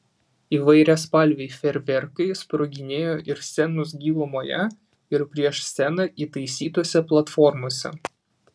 įvairiaspalviai fejerverkai sproginėjo ir scenos gilumoje ir prieš sceną įtaisytose platformose